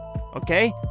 Okay